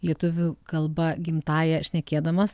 lietuvių kalba gimtąja šnekėdamas